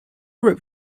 wrote